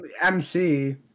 MC